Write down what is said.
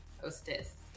Hostess